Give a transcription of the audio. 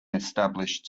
established